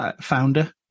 founder